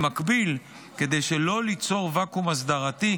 במקביל, כדי שלא ליצור ואקום הסדרתי,